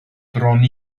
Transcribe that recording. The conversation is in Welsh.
bron